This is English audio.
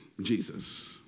Jesus